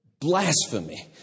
Blasphemy